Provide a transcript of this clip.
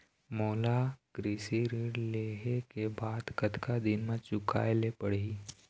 मोला कृषि ऋण लेहे के बाद कतका दिन मा चुकाए ले पड़ही?